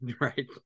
right